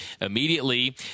immediately